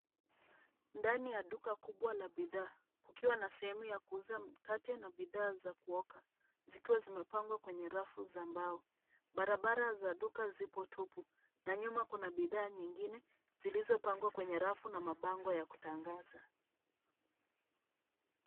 Ndani ya duka kubwa la bidhaa ikiwa na sehemu ya kuuza mkate ba bidhaa za kuoka zikiwa zimepangwa kwenye rafu za mbao. Barabara za duka zipo tupu na nyuma kuna bidhaa nyingine zilizopangwa kwenye rafu na mabango ya kutangaza.